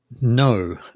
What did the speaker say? No